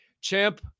champ